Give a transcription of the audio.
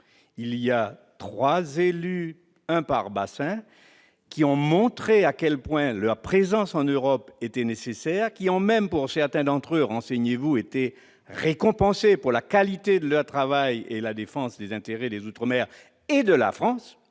Il y a trois élus- un par bassin -, qui ont montré à quel point leur présence en Europe était nécessaire. Ils ont même été, pour certains d'entre eux- renseignez-vous -, récompensés pour la qualité de leur travail et leur défense des intérêts des outre-mer et de la France-